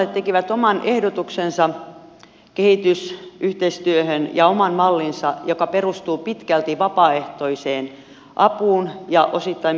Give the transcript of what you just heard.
perussuomalaiset tekivät oman ehdotuksensa kehitysyhteistyöhön oman mallinsa joka perustuu pitkälti vapaaehtoiseen apuun ja osittain myös valtionapuun